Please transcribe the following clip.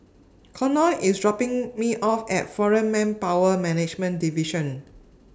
Connor IS dropping Me off At Foreign Manpower Management Division